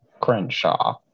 Crenshaw